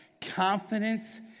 confidence